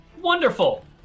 Wonderful